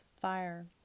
fire